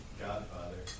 godfather